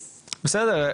אז --- בסדר,